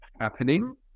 happening